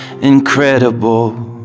incredible